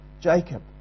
Jacob